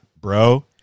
bro